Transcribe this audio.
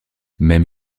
même